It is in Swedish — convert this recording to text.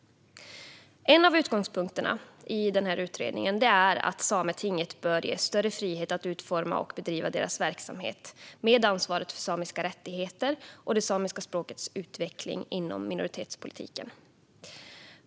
En av utgångspunkterna i utredningen är att Sametinget bör ges större frihet att utforma och bedriva sin verksamhet med ansvaret för samiska rättigheter och det samiska språkets utveckling inom minoritetspolitiken.